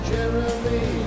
Jeremy